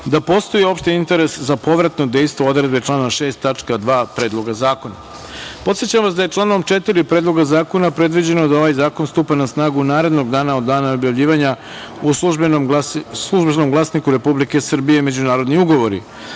da postoji opšti interes za povratno dejstvo odredbe člana 6. tačka 2. Predloga zakona. Podsećam vas da je članom 4. Predloga zakona predviđeno da ovaj zakon stupa na snagu narednog dana od dana objavljivanja u „Službenom glasniku Republike Srbije - Međunarodni